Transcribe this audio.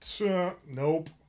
Nope